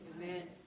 Amen